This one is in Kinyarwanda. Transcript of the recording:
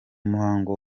muhango